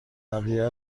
بقیه